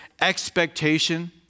expectation